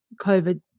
COVID